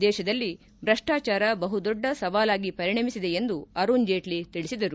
ದೇಶದಲ್ಲಿ ಭ್ರಷ್ಟಾಚಾರ ಬಹುದೊಡ್ಡ ಸವಾಲಾಗಿ ಪರಿಣೆಮಿಸಿದೆ ಎಂದು ಅರುಣ್ ಜೇಟ್ಲ ತಿಳಿಸಿದರು